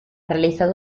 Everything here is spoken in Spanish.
realizado